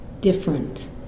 different